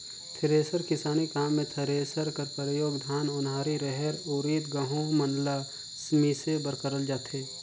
thresher किसानी काम मे थरेसर कर परियोग धान, ओन्हारी, रहेर, उरिद, गहूँ मन ल मिसे बर करल जाथे